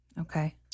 Okay